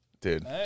Dude